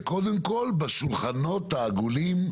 זה קודם כל בשולחנות העגולים,